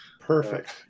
Perfect